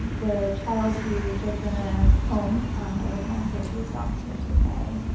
the child who lives in a home where the parents are too exhausted to say,